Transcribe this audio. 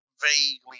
vaguely